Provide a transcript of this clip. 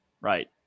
right